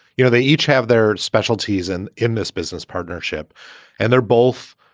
you know, they each have their specialties and in this business partnership and they're both